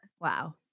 Wow